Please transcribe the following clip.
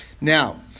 Now